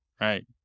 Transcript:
Right